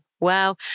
Wow